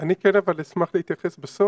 אני כן אשמח להתייחס,